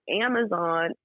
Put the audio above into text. Amazon